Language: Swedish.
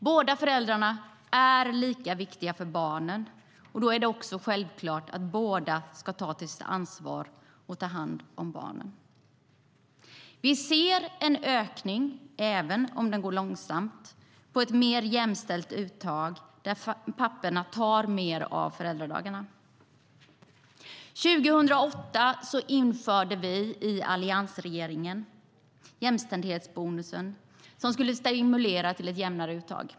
Båda föräldrarna är lika viktiga för barnen, och därför är det självklart att båda ska ta sitt ansvar och ta hand om barnen. Vi ser en ökning, även om den går långsamt, mot ett mer jämställt uttag där papporna tar mer av föräldradagarna. 2008 införde vi i alliansregeringen jämställdhetsbonusen, som skulle stimulera till ett jämnare uttag.